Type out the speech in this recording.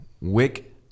Wick